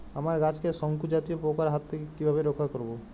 আমার গাছকে শঙ্কু জাতীয় পোকার হাত থেকে কিভাবে রক্ষা করব?